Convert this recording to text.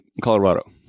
Colorado